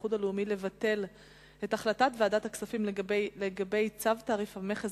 האיחוד הלאומי לבטל את החלטת ועדת הכספים לגבי צו תעריף המכס